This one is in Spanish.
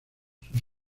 sus